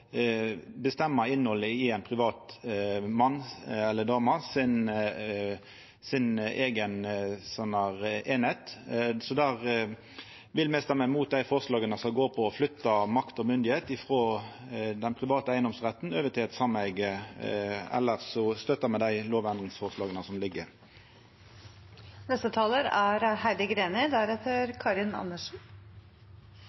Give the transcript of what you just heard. innhaldet i eininga til ein privat mann eller dame, så me vil stemma imot dei forslaga som går på å flytta makt og myndigheit frå den private eigedomsretten over til eit sameige. Elles støttar me dei lovendringsforslaga som